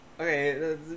okay